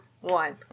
one